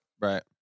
Right